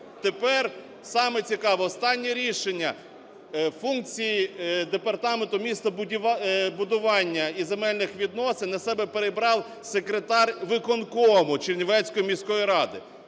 Тепер саме цікаве, останнє рішення: функції департаменту містобудування і земельних відносин на себе перебрав секретар виконкому Чернівецької міської ради.